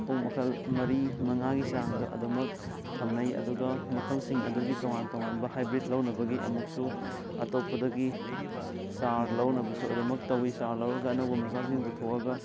ꯑꯣꯛ ꯃꯈꯜ ꯃꯔꯤ ꯃꯉꯥꯒꯤ ꯆꯥꯡꯗ ꯑꯗꯨꯃꯛ ꯊꯝꯅꯩ ꯑꯗꯨꯒ ꯃꯈꯜꯁꯤꯡ ꯑꯗꯨꯒꯤ ꯇꯣꯉꯥꯟ ꯇꯣꯉꯥꯟꯕ ꯍꯥꯏꯕ꯭ꯔꯤꯠ ꯂꯧꯅꯕꯒꯤ ꯑꯃꯨꯛꯁꯨ ꯑꯇꯣꯞꯄꯗꯒꯤ ꯆꯥꯔ ꯂꯧꯅꯕꯁꯨ ꯑꯗꯨꯃꯛ ꯇꯧꯋꯤ ꯆꯥꯔ ꯂꯧꯔꯒ ꯑꯅꯧꯕ ꯃꯆꯥꯁꯤꯡ ꯄꯨꯊꯣꯛꯑꯒ